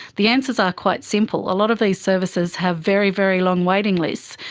the answers are quite simple. a lot of these services have very, very long waiting lists.